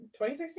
2016